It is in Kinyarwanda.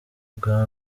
bwa